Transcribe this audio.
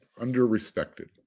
under-respected